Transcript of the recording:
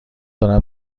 دارم